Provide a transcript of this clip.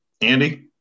Andy